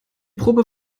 probe